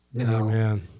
Amen